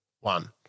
one